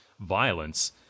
violence